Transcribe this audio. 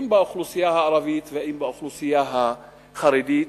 אם באוכלוסייה הערבית ואם באוכלוסייה החרדית,